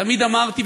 תמיד אמרתי,